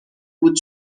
بود